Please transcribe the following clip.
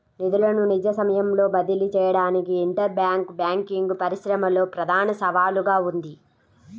నిధులను నిజ సమయంలో బదిలీ చేయడానికి ఇంటర్ బ్యాంక్ బ్యాంకింగ్ పరిశ్రమలో ప్రధాన సవాలుగా ఉంది